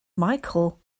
michael